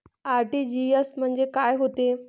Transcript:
RTGS म्हंजे काय होते?